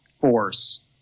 force